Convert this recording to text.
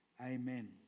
Amen